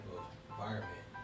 environment